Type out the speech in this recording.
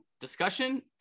discussion